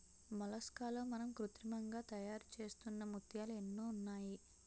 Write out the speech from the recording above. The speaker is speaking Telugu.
మొలస్కాల్లో మనం కృత్రిమంగా తయారుచేస్తున్న ముత్యాలు ఎన్నో ఉన్నాయి